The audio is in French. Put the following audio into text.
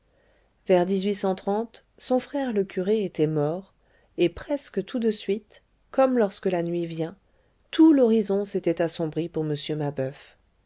vers son frère le curé était mort et presque tout de suite comme lorsque la nuit vient tout l'horizon s'était assombri pour m mabeuf